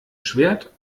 schwert